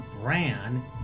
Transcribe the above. brand